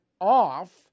off